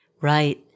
Right